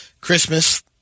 Christmas